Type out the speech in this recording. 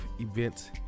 events